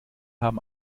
haben